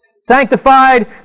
Sanctified